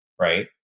right